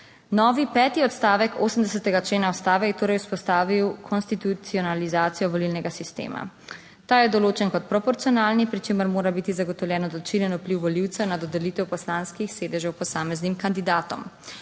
Novi peti odstavek 80. člena ustave je torej vzpostavil konstitucionalizacijo volilnega sistema. Ta je določen kot proporcionalni, pri čemer mora biti zagotovljen odločilen vpliv volivcev na dodelitev poslanskih sedežev posameznim kandidatom.